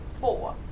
Four